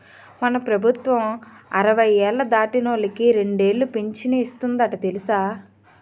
మన ప్రభుత్వం అరవై ఏళ్ళు దాటినోళ్ళకి రెండేలు పింఛను ఇస్తందట తెలుసా